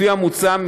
לפי המוצע,